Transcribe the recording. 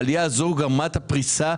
העלייה הזו גמרה את הפריסה,